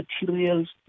materials